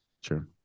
Sure